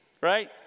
right